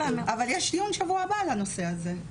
אבל יש דיון על הנושא הזה בשבוע הבא,